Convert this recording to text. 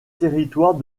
territoire